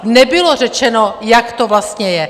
Nebylo řečeno, jak to vlastně je.